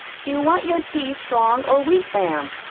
do you want your tea strong or weak, ma'am?